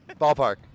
Ballpark